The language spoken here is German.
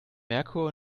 merkur